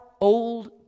old